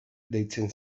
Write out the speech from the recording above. deitzen